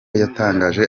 yatangaje